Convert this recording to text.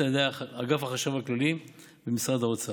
על ידי אגף החשב הכללי במשרד האוצר.